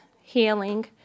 Healing